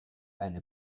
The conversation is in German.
eine